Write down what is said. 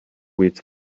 which